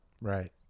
Right